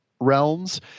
realms